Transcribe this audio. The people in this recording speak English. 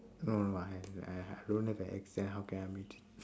no no no I I I don't have a accent how can I mute it